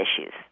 issues